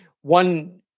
one